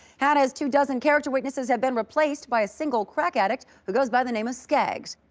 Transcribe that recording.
hannah's two dozen character witnesses have been replaced by a single crack addict who goes by the name of scags.